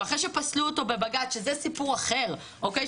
ואחרי שפסלו אותו בבג"ץ, שזה סיפור אחר אוקיי?